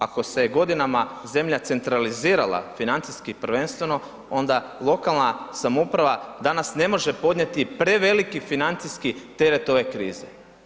Ako se godinama zemlja centralizirala financijski prvenstveno onda lokalna samouprava danas ne može podnijeti preveliki financijski teret ove krize.